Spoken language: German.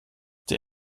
der